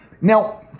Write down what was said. Now